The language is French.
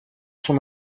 son